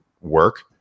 work